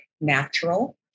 natural